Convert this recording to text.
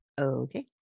Okay